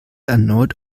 erneut